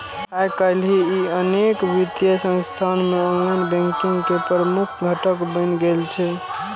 आइकाल्हि ई अनेक वित्तीय संस्थान मे ऑनलाइन बैंकिंग के प्रमुख घटक बनि गेल छै